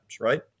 right